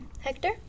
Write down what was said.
Hector